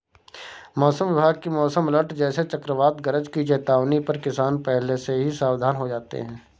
मौसम विभाग की मौसम अलर्ट जैसे चक्रवात गरज की चेतावनी पर किसान पहले से ही सावधान हो जाते हैं